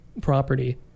property